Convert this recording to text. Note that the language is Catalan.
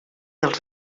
els